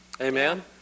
Amen